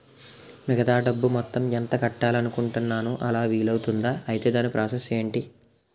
మిగతా డబ్బు మొత్తం ఎంత కట్టాలి అనుకుంటున్నాను అలా వీలు అవ్తుంధా? ఐటీ దాని ప్రాసెస్ ఎంటి?